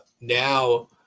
Now